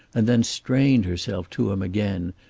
and then strained herself to him again,